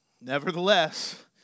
Nevertheless